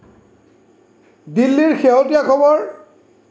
দিল্লীৰ শেহতীয়া খবৰ